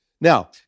Now